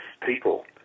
people